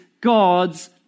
God's